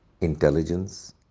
intelligence